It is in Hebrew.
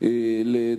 היינו עדים